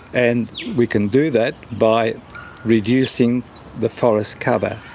and we can do that by reducing the forest cover.